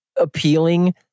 appealing